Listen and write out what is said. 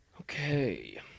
okay